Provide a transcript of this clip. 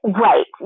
Right